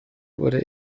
wurde